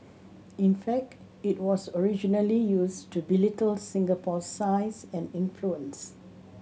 in fact it was originally used to belittle Singapore's size and influence